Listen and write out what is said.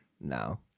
No